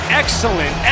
excellent